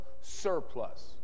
surplus